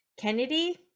Kennedy